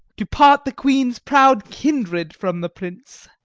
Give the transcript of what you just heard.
to part the queen's proud kindred from the prince.